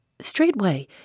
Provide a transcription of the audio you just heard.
Straightway